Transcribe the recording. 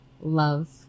love